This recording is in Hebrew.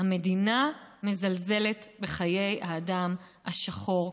המדינה מזלזלת בחיי האדם השחור.